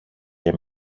και